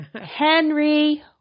Henry